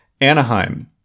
Anaheim